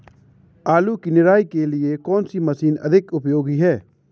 आलू की निराई के लिए कौन सी मशीन अधिक उपयोगी है?